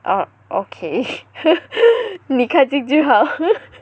ah okay 你开心就好